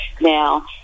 Now